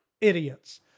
idiots